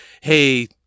hey